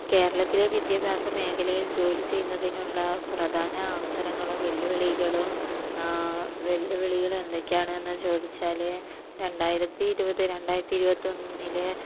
കേരളത്തിലെ വിദ്യാഭ്യാസ മേഖലയിൽ ജോലി ചെയ്യുന്നതിനുള്ള പ്രധാന അവസരങ്ങളും വെല്ലുവിളികളും വെല്ലുവിളികളെന്തൊക്കെയാണെന്ന് ചോദിച്ചാല് രണ്ടായിരത്തി ഇരുപത് രണ്ടായിരത്തി ഇരുപത്തൊന്നിലെ